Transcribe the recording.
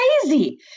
crazy